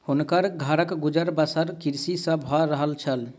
हुनकर घरक गुजर बसर कृषि सॅ भअ रहल छल